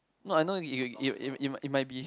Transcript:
no I know you it it it might be